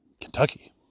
Kentucky